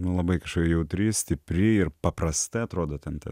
na labai jautri stipri ir paprastai atrodo ten ta